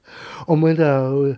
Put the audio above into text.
我们的